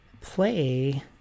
play